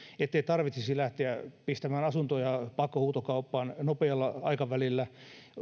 ettei tarvitsisi lähteä pistämään asuntoja pakkohuutokauppaan nopealla aikavälillä